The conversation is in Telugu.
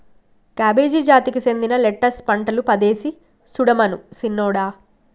కాబేజి జాతికి సెందిన లెట్టస్ పంటలు పదేసి సుడమను సిన్నోడా